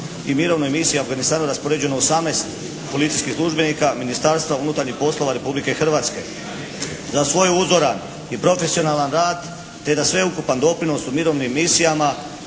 i mirovnoj misiji u Afganistanu raspoređeno je osamnaest policijskih službenika Ministarstva unutarnjih poslova Republike Hrvatske. Za svoj uzoran i profesionalan rad i za sveukupan doprinos u mirovnim misijama